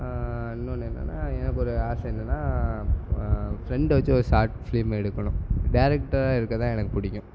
இன்னொன்று என்னென்னா எனக்கு ஒரு ஆசை என்னென்னா ஃப்ரெண்டை வச்சு ஒரு ஷார்ட் ஃபிலிம் எடுக்கணும் டேரெக்டராக எடுக்க தான் எனக்கு பிடிக்கும்